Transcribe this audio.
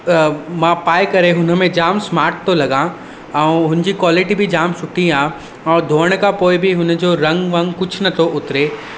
अ मां पाए करे हुनमें जाम स्माट थो लॻा ऐं हुनजी क्वालिटी बि जाम सुठी आहे ऐं धोइण खां पोइ बि हुनजो रंग वंग कुझु नथो उतिरे